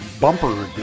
bumper